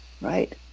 right